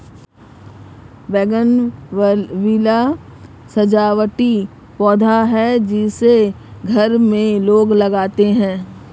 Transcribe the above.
bougainvillea सजावटी पौधा है जिसे घर में लोग लगाते हैं